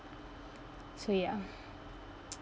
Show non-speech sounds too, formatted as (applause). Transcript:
so ya (noise)